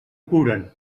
curen